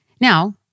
Now